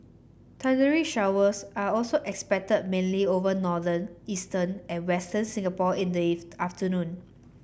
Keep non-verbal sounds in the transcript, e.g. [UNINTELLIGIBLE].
thundery showers are also expected mainly over northern eastern and western Singapore in the [UNINTELLIGIBLE] afternoon